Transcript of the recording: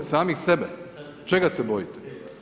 Samih sebe, čega se bojite?